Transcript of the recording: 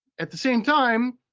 at the same time,